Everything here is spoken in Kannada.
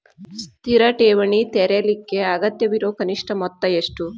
ಸ್ಥಿರ ಠೇವಣಿ ತೆರೇಲಿಕ್ಕೆ ಅಗತ್ಯವಿರೋ ಕನಿಷ್ಠ ಮೊತ್ತ ಎಷ್ಟು?